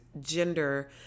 gender